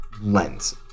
lens